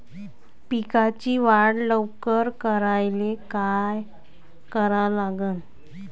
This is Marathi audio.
पिकाची वाढ लवकर करायले काय करा लागन?